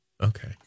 Okay